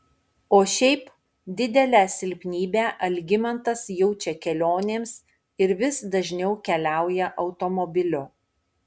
o šiaip didelę silpnybę algimantas jaučia kelionėms ir vis dažniau keliauja automobiliu